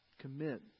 Commit